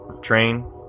train